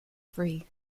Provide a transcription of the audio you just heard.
free